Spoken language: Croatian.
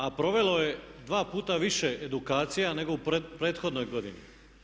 A provelo je dva puta više edukacija nego u prethodnoj godini.